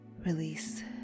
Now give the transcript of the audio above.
release